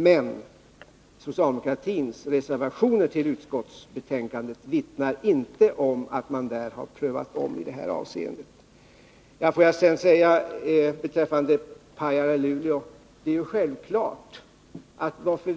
Men socialdemokratins reservationer till betänkandet vittnar inte om att man har prövat om i detta avseende. Anledningen till att